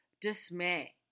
dismay